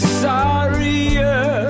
sorrier